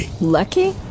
Lucky